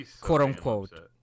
quote-unquote